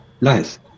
Nice